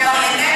אבל אני רוצה,